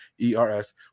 ERS